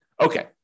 Okay